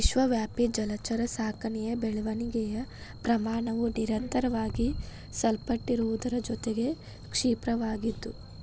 ವಿಶ್ವವ್ಯಾಪಿ ಜಲಚರ ಸಾಕಣೆಯ ಬೆಳವಣಿಗೆಯ ಪ್ರಮಾಣವು ನಿರಂತರವಾಗಿ ಸಲ್ಪಟ್ಟಿರುವುದರ ಜೊತೆಗೆ ಕ್ಷಿಪ್ರವಾಗಿದ್ದು